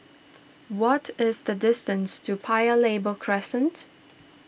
what is the distance to Paya Lebar Crescent